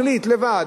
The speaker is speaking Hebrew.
מחליט לבד,